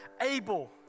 Abel